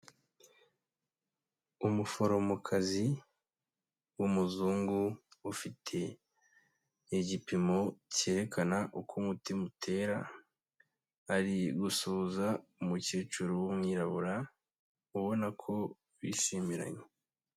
Umuforomokazi w'umuzungu ufite igipimo cyerekana uko umutima utera, ari gusuhuza umukecuru w'umwirabura ubona ko bishimiranye.